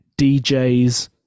DJs